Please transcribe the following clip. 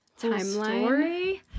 timeline